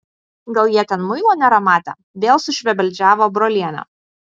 gal jie ten muilo nėra matę vėl sušvebeldžiavo brolienė